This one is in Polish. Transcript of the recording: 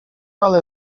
ale